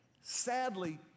sadly